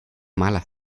mala